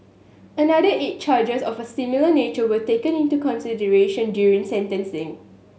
another eight charges of a similar nature were taken into consideration during sentencing